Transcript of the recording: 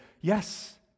yes